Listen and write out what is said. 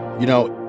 you know,